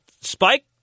Spike